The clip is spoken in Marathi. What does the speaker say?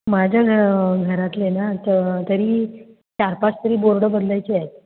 माझ्या घ घरातले ना तर तरी चार पाच तरी बोर्डं बदलायचे आहेत